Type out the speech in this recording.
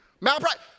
malpractice